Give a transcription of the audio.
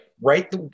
right